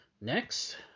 next